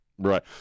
Right